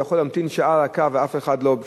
הוא יכול להמתין שעה על הקו ואף אחד לא,